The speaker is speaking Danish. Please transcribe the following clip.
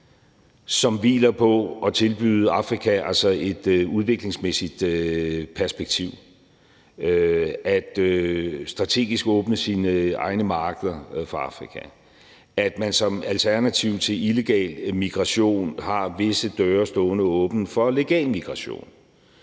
som hviler på at tilbyde Afrika et udviklingsmæssigt perspektiv – at man strategisk åbner sine egne markeder for Afrika; at man som alternativ til illegal migration har visse døre stående åbne for legal migration;